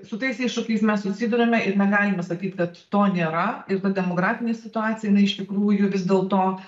su tais iššūkiais mes susiduriame ir negalime sakyt kad to nėra ir ta demografinė situacija jinai iš tikrųjų vis dėlto